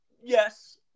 yes